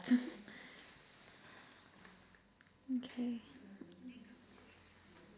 okay